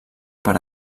per